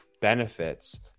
benefits